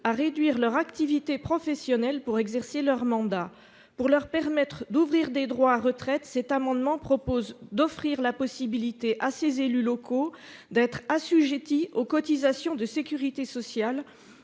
à réduire leur activité professionnelle pour exercer leur mandat. Pour leur permettre d'ouvrir des droits à retraite, cet amendement vise donc à offrir la possibilité aux élus locaux d'être assujettis aux cotisations de sécurité sociale,